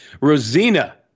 Rosina